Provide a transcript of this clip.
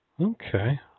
Okay